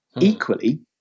Equally